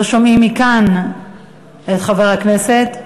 לא שומעים מכאן את חבר הכנסת.